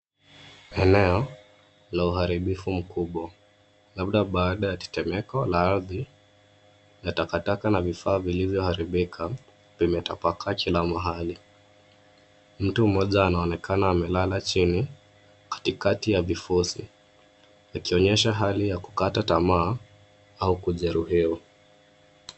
Eneo la uharibifu mkubwa, labda baada ya tetemeko la ardhi na takataka na vifaa vilivyoharibika vimetapakaa kila mahali. Mtu mmoja anaonekana amelala chini, katikati ya vifusi akionyesha hali ya kukata tamaa au kujeruhiwa.